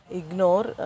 ignore